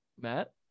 matt